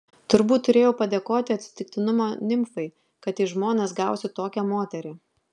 turbūt turėjau padėkoti atsitiktinumo nimfai kad į žmonas gausiu tokią moterį